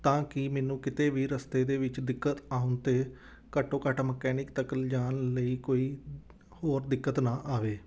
ਤਾਂ ਕਿ ਮੈਨੂੰ ਕਿਤੇ ਵੀ ਰਸਤੇ ਦੇ ਵਿੱਚ ਦਿੱਕਤ ਆਉਣ 'ਤੇ ਘੱਟੋ ਘੱਟ ਮਕੈਨਿਕ ਤੱਕ ਲਿਜਾਉਣ ਲਈ ਕੋਈ ਹੋਰ ਦਿੱਕਤ ਨਾ ਆਵੇ